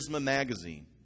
Magazine